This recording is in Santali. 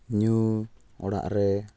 ᱧᱩ ᱚᱲᱟᱜ ᱨᱮ